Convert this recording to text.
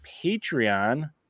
Patreon